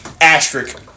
Asterisk